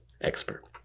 expert